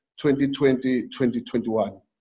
2020-2021